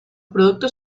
productos